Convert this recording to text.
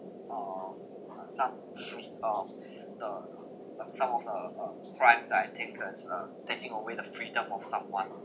uh how some free uh the and some of the uh crimes that have taken uh taking away the freedom of someone